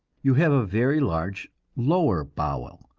you have a very large lower bowel,